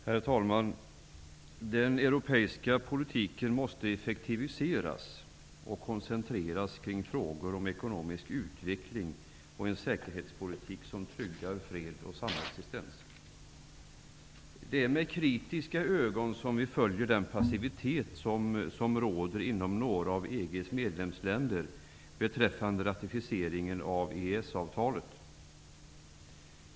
Herr talman! Den europeiska politiken måste effektiviseras och koncentreras kring frågor om ekonomisk utveckling och en säkerhetspolitik som tryggar fred och samexistens. Det är med kritiska ögon vi följer den passivitet som råder, inom några av EG:s medlemsländer, beträffande ratificeringen av EES-avtalet.